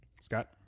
Scott